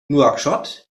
nouakchott